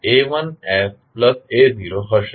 a1sa0 હશે